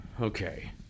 Okay